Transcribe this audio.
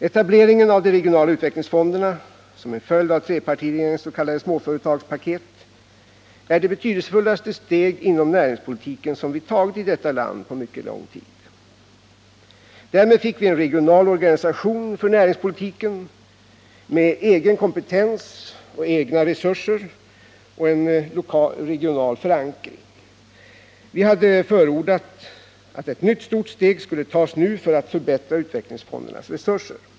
Etableringen av de regionala utvecklingsfonderna, som en följd av trepartiregeringens s.k. småföretagspaket, är det betydelsefullaste steg inom näringspolitiken som vi tagit i detta land på mycket lång tid. Därmed fick vi en regional organisation för näringspolitiken med egen kompetens och egna resurser och en regional förankring. Vi hade förordat att ett nytt stort steg skulle tas nu för att förbättra utvecklingsfondernas resurser.